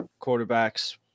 quarterbacks